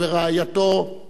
מכובדי כולם,